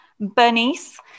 Bernice